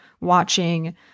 watching